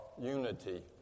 unity